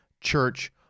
church